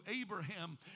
Abraham